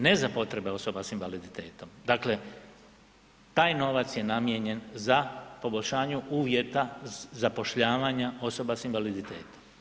Ne za potrebe osoba sa invaliditetom, dakle taj novac je namijenjen za poboljšanju uvjeta zapošljavanja osoba sa invaliditetom.